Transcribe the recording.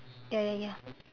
ya ya ya